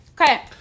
Okay